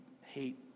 hate